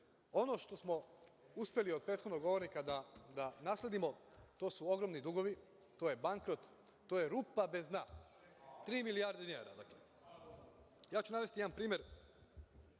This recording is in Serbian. što smo uspeli od prethodnog govornika da nasledimo jesu ogromni dugovi, to je bankrot, to je rupa bez dna. Tri milijarde dinara, dakle. Navešću jedan primer